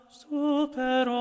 super